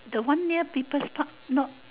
the one near people's park not